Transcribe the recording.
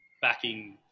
backing